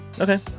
okay